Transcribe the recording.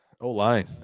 O-line